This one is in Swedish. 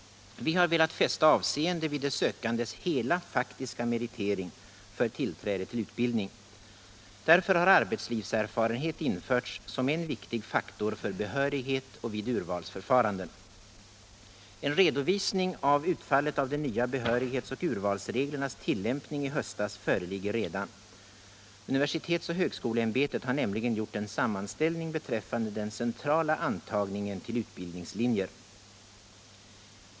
Vi har velat fästa avseende vid de sökandes hela faktiska meritering för tillträde till utbildning. Därför har arbetslivserfarenhet införts som en viktig faktor för behörighet och vid urvalsförfaranden. En redovisning av utfallet av de nya behörighetsoch urvalsreglernas tillämpning i höstas föreligger redan. Universitetsoch högskoleämbetet har nämligen gjort en sammanställning beträffande den centrala antagningen till utbildningslinjer.